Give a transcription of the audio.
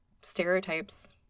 stereotypes